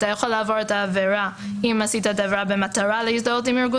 אתה יכול לעבור את העבירה אם עשית את העבירה במטרה להזדהות עם ארגון